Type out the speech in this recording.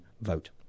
vote